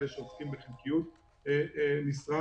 אלה שמועסקים בחלקיות משרה.